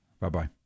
Bye-bye